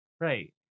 right